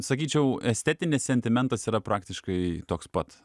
sakyčiau estetinis sentimentas yra praktiškai toks pat